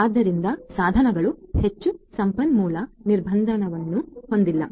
ಆದ್ದರಿಂದ ಸಾಧನಗಳು ಹೆಚ್ಚು ಸಂಪನ್ಮೂಲ ನಿರ್ಬಂಧವನ್ನು ಹೊಂದಿಲ್ಲ